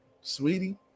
sweetie